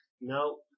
No